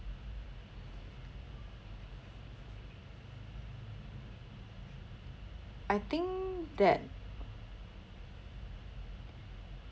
I think that